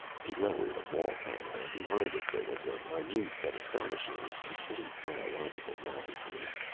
he lowered a wall panel and behind it there was a minute but astonishingly complete biological laboratory.